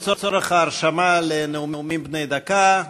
לצורך ההרשמה לנאומים בני דקה,